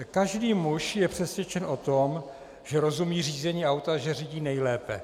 Každý muž je přesvědčen o tom, že rozumí řízení auta, že řídí nejlépe.